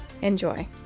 Enjoy